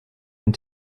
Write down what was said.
and